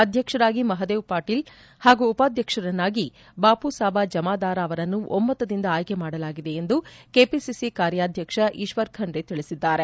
ಅಧ್ಯಕ್ಷರಾಗಿ ಮಹಾದೇವ್ ಪಾಟೀಲ್ ಹಾಗೂ ಉಪಾಧ್ಯಕ್ಷರನ್ನಾಗಿ ಬಾಪುಸಾಬ ಜಮಾದಾರ ಅವರನ್ನು ಒಮ್ಮತದಿಂದ ಆಯ್ಕೆ ಮಾಡಲಾಗಿದೆ ಎಂದು ಕೆಪಿಸಿಸಿ ಕಾರ್ಯಾಧ್ಯಕ್ಷ ಈಶ್ವರ್ ಖಂಡ್ರೆ ತಿಳಿಸಿದ್ದಾರೆ